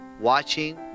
watching